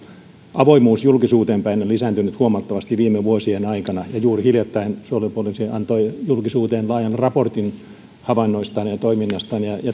avoimuus julkisuuteen päin on lisääntynyt huomattavasti viime vuosien aikana ja juuri hiljattain suojelupoliisi antoi julkisuuteen laajan raportin havainnoistaan ja toiminnastaan